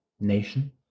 Nation